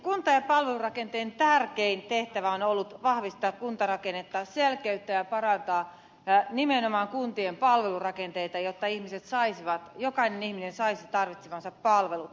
kunta ja palvelurakenteen tärkein tehtävä on ollut vahvistaa kuntarakennetta selkeyttää ja parantaa nimenomaan kuntien palvelurakenteita jotta jokainen ihminen saisi tarvitsemansa palvelut